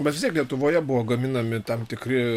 bet vis tiek lietuvoje buvo gaminami tam tikri